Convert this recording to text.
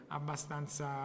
abbastanza